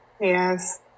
Yes